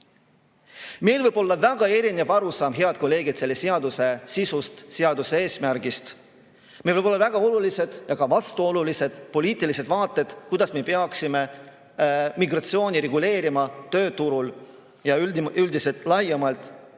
Meil võib olla väga erinev arusaam, head kolleegid, selle seaduse sisust, seaduse eesmärgist, meil võivad olla väga olulised ja ka vastuolulised poliitilised vaated, kuidas me peaksime migratsiooni reguleerima tööturul ja üldiselt laiemalt,